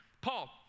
Paul